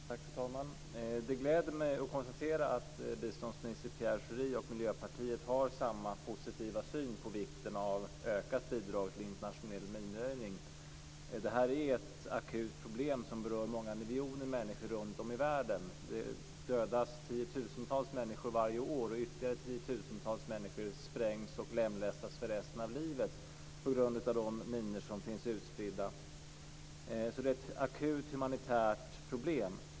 Fru talman! Det gläder mig att biståndsminister Pierre Schori och Miljöpartiet har samma positiva syn på vikten av ökat bidrag till internationell minröjning. Detta är ett akut problem som berör många miljoner människor runtom i världen. Det dödas tiotusentals människor varje år, och ytterligare tiotusentals människor sprängs och lemlästas för resten av livet på grund av de minor som finns utspridda. Det är ett akut humanitärt problem.